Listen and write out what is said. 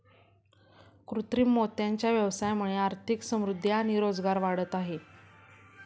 कृत्रिम मोत्यांच्या व्यवसायामुळे आर्थिक समृद्धि आणि रोजगार वाढत आहे